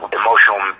emotional